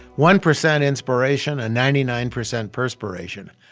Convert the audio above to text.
one percent inspiration and ninety nine percent perspiration.